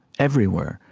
everywhere.